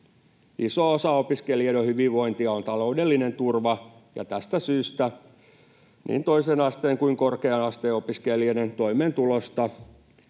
Iso osa opiskelijoiden hyvinvointia on taloudellinen turva, ja tästä syystä niin toisen asteen kuin korkea-asteen opiskelijoiden toimeentulosta